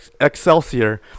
Excelsior